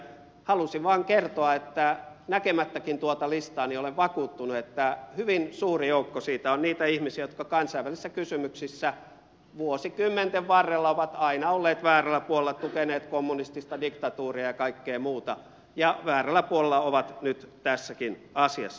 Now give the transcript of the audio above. halusin vaan kertoa että näkemättäkin tuota listaa olen vakuuttunut että hyvin suuri joukko siitä on niitä ihmisiä jotka kansainvälisissä kysymyksissä vuosikymmenten varrella ovat aina olleet väärällä puolella tukeneet kommunistista diktatuuria ja kaikkea muuta ja väärällä puolella ovat nyt tässäkin asiassa